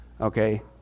Okay